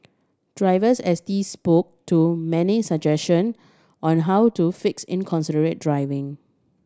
drivers S T spoke to many suggestion on how to fix inconsiderate driving